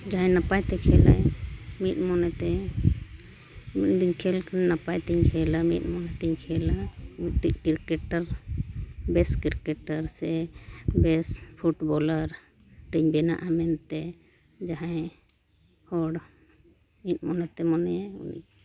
ᱡᱟᱦᱟᱸᱭ ᱱᱟᱯᱟᱭᱛᱮ ᱠᱷᱮᱞᱟᱭ ᱢᱤᱫ ᱢᱚᱱᱮᱛᱮ ᱠᱷᱮᱞ ᱠᱚ ᱱᱟᱯᱟᱭ ᱛᱤᱧ ᱠᱷᱮᱞᱟ ᱢᱤᱫ ᱢᱚᱱᱮᱛᱤᱧ ᱠᱷᱮᱞᱟ ᱢᱤᱫᱴᱤᱡ ᱠᱨᱤᱠᱮᱴᱟᱨ ᱵᱮᱥ ᱠᱨᱤᱠᱮᱴᱟᱨ ᱥᱮ ᱵᱮᱥ ᱯᱷᱩᱴᱵᱚᱞᱟᱨᱤᱧ ᱵᱮᱱᱟᱜᱼᱟ ᱢᱮᱱᱛᱮ ᱡᱟᱦᱟᱸᱭ ᱦᱚᱲ ᱢᱤᱫ ᱢᱚᱱᱮ ᱛᱮ ᱢᱚᱱᱮᱭᱟᱭ ᱩᱱᱤ